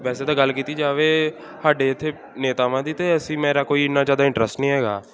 ਵੈਸੇ ਤਾਂ ਗੱਲ ਕੀਤੀ ਜਾਵੇ ਸਾਡੇ ਇੱਥੇ ਨੇਤਾਵਾਂ ਦੀ ਅਤੇ ਅਸੀਂ ਮੇਰਾ ਕੋਈ ਇੰਨਾਂ ਜ਼ਿਆਦਾ ਇੰਟਰਸਟ ਨਹੀਂ ਹੈਗਾ